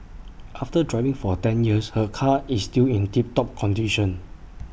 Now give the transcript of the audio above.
after driving for ten years her car is still in tip top condition